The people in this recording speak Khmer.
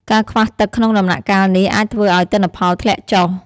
ការខ្វះទឹកក្នុងដំណាក់កាលនេះអាចធ្វើឲ្យទិន្នផលធ្លាក់ចុះ។